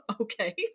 Okay